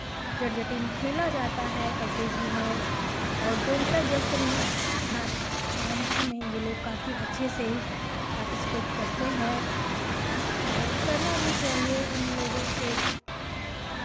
जट जटिन खेला जाता है कजरी झूमर और डोमकछ जैसे नृ नाट डांस में ये लोग काफ़ी अच्छे से पार्टिसिपेट करते हैं और करना भी चाहिए इनलोगों से